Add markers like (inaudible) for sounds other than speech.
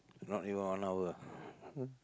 not even one hour (laughs)